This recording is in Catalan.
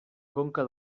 conca